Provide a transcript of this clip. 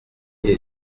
des